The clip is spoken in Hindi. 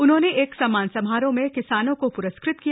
उन्होंने एक सम्मान समारोह में किसानों को प्रस्कृत किया